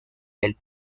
del